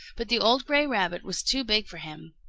but the old gray rabbit was too big for him.